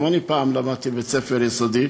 גם אני פעם למדתי בבית-ספר יסודי.